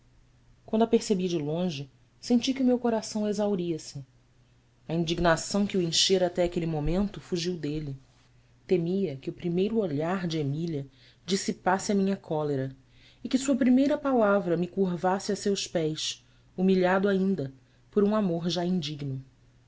quando a percebi de longe senti que o meu coração exauria se a indignação que o enchera até aquele momento fugiu dele temia que o primeiro olhar de emília dissipasse a minha cólera e que sua primeira palavra me curvasse a seus pés humilhado ainda por um amor já indigno